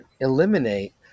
eliminate